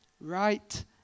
right